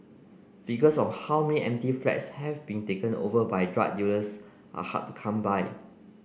figures on how many empty flats have been taken over by drug dealers are hard to come by